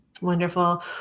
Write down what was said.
Wonderful